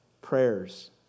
prayers